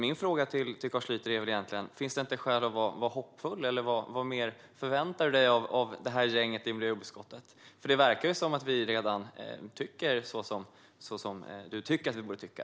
Min fråga till Carl Schlyter är: Finns det inte skäl att vara hoppfull, eller vad förväntar du dig mer av gänget i miljö och jordbruksutskottet? Det verkar som att vi redan tycker så som du anser att vi borde tycka.